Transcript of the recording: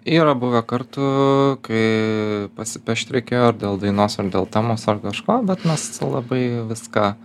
yra buvę kartų kai pasipešt reikėjo ar dėl dainos ar dėl temos ar kažko bet mes labai viską